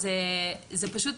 אז פשוט,